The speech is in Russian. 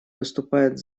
выступает